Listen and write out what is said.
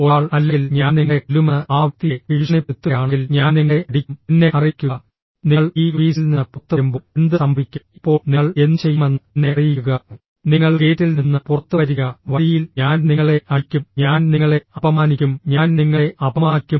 ഒരാൾ അല്ലെങ്കിൽ ഞാൻ നിങ്ങളെ കൊല്ലുമെന്ന് ആ വ്യക്തിയെ ഭീഷണിപ്പെടുത്തുകയാണെങ്കിൽ ഞാൻ നിങ്ങളെ അടിക്കും എന്നെ അറിയിക്കുക നിങ്ങൾ ഈ ഓഫീസിൽ നിന്ന് പുറത്തുവരുമ്പോൾ എന്ത് സംഭവിക്കും എപ്പോൾ നിങ്ങൾ എന്തുചെയ്യുമെന്ന് എന്നെ അറിയിക്കുക നിങ്ങൾ ഗേറ്റിൽ നിന്ന് പുറത്തുവരിക വഴിയിൽ ഞാൻ നിങ്ങളെ അടിക്കും ഞാൻ നിങ്ങളെ അപമാനിക്കും ഞാൻ നിങ്ങളെ അപമാനിക്കും